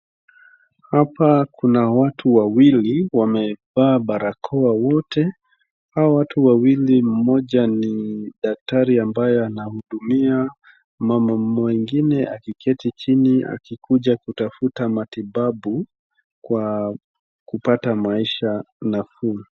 Hapa kuna watu wawili wamevaa barakoa wote. Hawa watu wawili, mmoja ni daktari ambaye anahudumia mama mwengine akiketi chini akikuja kutafuta matibabu kwa kupata maisha nafuu.